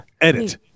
edit